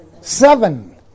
Seven